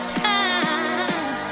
time